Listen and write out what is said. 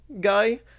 guy